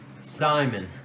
Simon